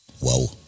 Wow